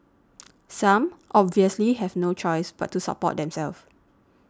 some obviously have no choice but to support themself